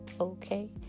okay